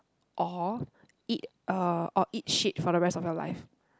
or eat uh or eat shit for the rest of your life